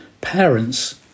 parents